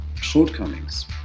shortcomings